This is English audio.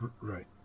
Right